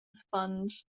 sponge